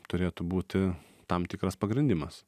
turėtų būti tam tikras pagrindimas